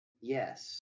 Yes